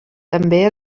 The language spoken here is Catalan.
també